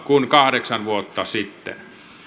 kuin kahdeksan vuotta sitten